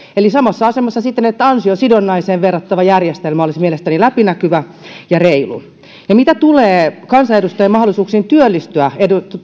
eli samassa asemassa siten että ansiosidonnaiseen verrattava järjestelmä olisi mielestäni läpinäkyvä ja reilu mitä tulee kansanedustajien mahdollisuuksiin työllistyä